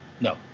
No